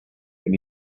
when